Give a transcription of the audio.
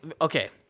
Okay